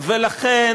ולכן